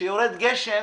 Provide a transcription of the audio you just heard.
כשיורד גשם,